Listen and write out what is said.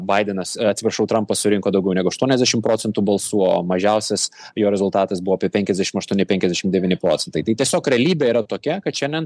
baidenas a atsiprašau trampas surinko daugiau negu aštuoniasdešimt procentų balsų o mažiausias jo rezultatas buvo apie penkiasdešimt aštuoni penkiasdešimt devyni procentai tai tiesiog realybė yra tokia kad šiandien